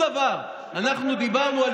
לא דיברנו על